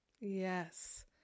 Yes